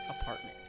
apartment